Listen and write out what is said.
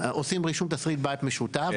עושים רישום תסריט בית משותף,